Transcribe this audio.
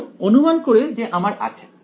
এখন অনুমান করে যে আমার আছে